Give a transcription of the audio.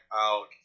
out